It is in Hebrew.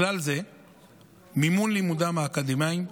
ובכלל זה מימון הלימודים האקדמיים,